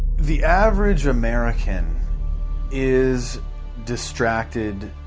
the average american is distracted,